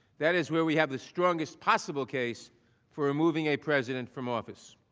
that is where we have the strongest possible case for removing a president from office.